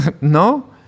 No